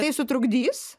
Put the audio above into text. tai sutrukdys